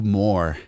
more